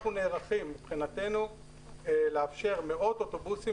מבחינתנו אנחנו נערכים לאפשר מאות אוטובוסים